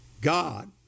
God